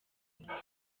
ntinya